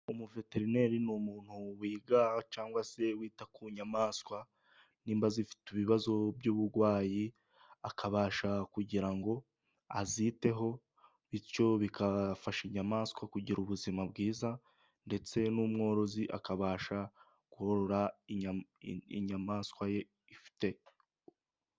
Umuveterineri ni umuntu wiga cyangwa se wita ku nyamaswa nimba zifite ibibazo by'uburwayi, akabasha kugira ngo aziteho, bityo bigafasha inyamaswa kugira ubuzima bwiza, ndetse n'umworozi akabasha korora inyamaswa ye ifite.